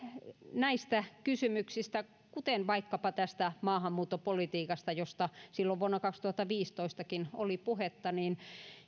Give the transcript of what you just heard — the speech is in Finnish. näistä kysymyksistä kuten vaikkapa maahanmuuttopolitiikasta josta silloin vuonna kaksituhattaviisitoistakin oli puhetta